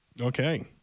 Okay